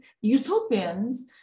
utopians